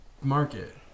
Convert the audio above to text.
Market